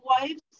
wives